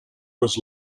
was